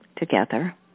Together